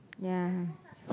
ya